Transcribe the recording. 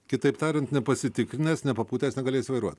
kitaip tariant nepasitikrinęs nepapūtęs negalėsi vairuoti